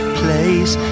place